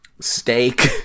steak